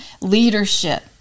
leadership